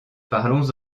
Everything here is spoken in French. parlons